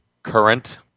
current